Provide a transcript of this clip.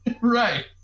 Right